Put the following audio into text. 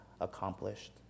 accomplished